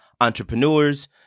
entrepreneurs